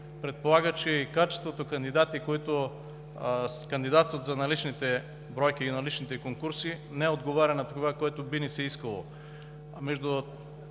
предполага, че и качествата на кандидатите, които кандидатстват за наличните бройки и наличните конкурси, не отговарят на това, което би ни се искало.